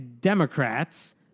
Democrats